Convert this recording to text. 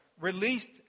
released